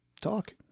talk